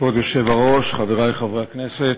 כבוד היושב-ראש, חברי חברי הכנסת,